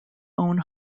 own